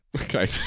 Okay